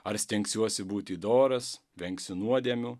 ar stengsiuosi būti doras vengsiu nuodėmių